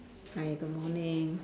hi good morning